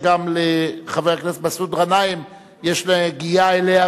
שגם לחבר הכנסת מסעוד גנאים יש נגיעה אליה,